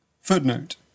Footnote